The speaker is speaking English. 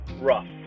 rough